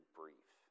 brief